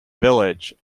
village